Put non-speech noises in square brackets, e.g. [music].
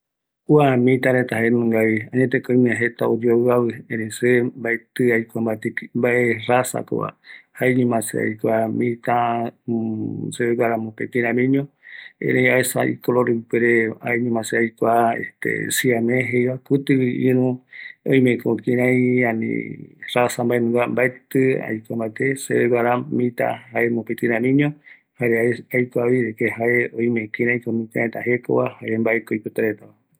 ﻿Kua Mɨtareta jaenungavi, añeteko jeta oyoaviavi, erei se mbaeti aikua mbate mbae razakova jaeñoma se aikuava mita [hesitation] seve guara mopeti ramiño erei aesa icolor ipuere jaeñoma se aikua [hesitation] siame jeiva, kutigui irü oiko kirai ani raza mbaenungava mbaeti aikua mbate seveguara mita jae mopetiramiño jare a aikuavi de que jae oime kiraiko mita reta jekova jare mbaeko oipota reta